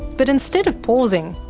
but instead of pausing,